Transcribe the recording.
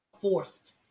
forced